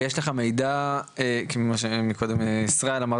ויש לך מידע כמו שמקודם ישראל אמר,